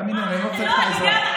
תאמיני לי, אני לא צריך את העזרה.